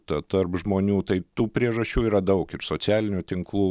ta tarp žmonių tai tų priežasčių yra daug ir socialinių tinklų